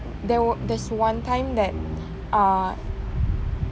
there wa~ there's one time that uh